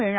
मिळणार